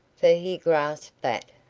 for he grasped that,